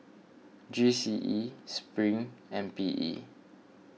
G C E Spring and P E